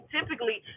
Typically